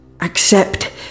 accept